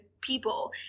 people